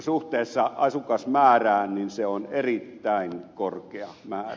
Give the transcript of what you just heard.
suhteessa asukasmäärään se on erittäin korkea määrä